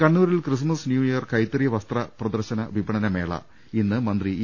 കണ്ണൂരിൽ Christmas new year കൈത്തറി വസ്ത്ര പ്രദർശന വിപ ണനമേള ഇന്ന് മന്ത്രി ഇ